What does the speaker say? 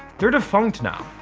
they're defunct now.